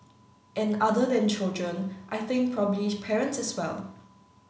and other than children I think probably parents as well